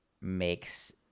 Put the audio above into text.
makes